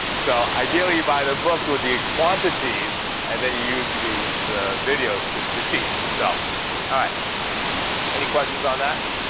so ideally you buy the book with the quantities and then you use the the videos to to teach. so ah any questions on that?